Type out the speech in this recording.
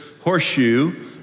horseshoe